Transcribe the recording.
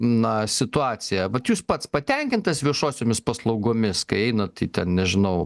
na situaciją vat jūs pats patenkintas viešosiomis paslaugomis kai einat į ten nežinau